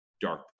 dark